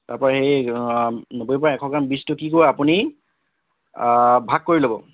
তাৰ পৰা এই নব্বৈৰ পৰা এশগ্ৰাম বীজটো কি কৰিব আপুনি ভাগ কৰি ল'ব